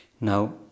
Now